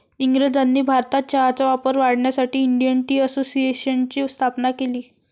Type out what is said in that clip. इंग्रजांनी भारतात चहाचा वापर वाढवण्यासाठी इंडियन टी असोसिएशनची स्थापना केली